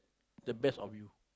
the best of you